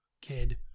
kid